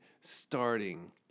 starting